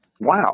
wow